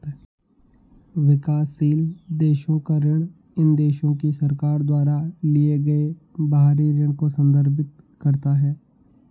विकासशील देशों का ऋण इन देशों की सरकार द्वारा लिए गए बाहरी ऋण को संदर्भित करता है